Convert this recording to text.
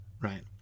Right